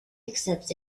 accepts